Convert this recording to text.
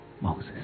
Moses